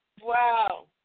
Wow